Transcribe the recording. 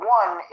one